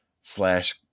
slash